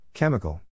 Chemical